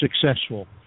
successful